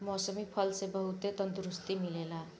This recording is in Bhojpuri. मौसमी फल से बहुते तंदुरुस्ती मिलेला